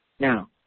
Now